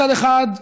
מצד אחד,